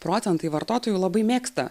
procentai vartotojų labai mėgsta